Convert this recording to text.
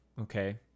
Okay